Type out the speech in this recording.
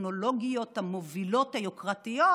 הטכנולוגיות המובילות, היוקרתיות,